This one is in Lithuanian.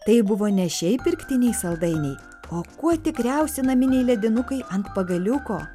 tai buvo ne šiaip pirktiniai saldainiai o kuo tikriausi naminiai ledinukai ant pagaliuko